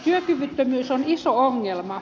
työkyvyttömyys on iso ongelma